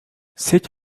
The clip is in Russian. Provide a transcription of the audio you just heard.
сеть